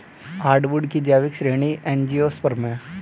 hardwood की जैविक श्रेणी एंजियोस्पर्म है